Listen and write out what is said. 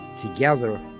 Together